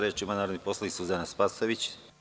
Reč ima narodna poslanica Suzana Spasojević.